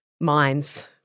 minds